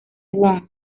wong